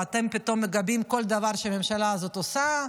ופתאום אתם מגבים כל דבר שהממשלה הזאת עושה.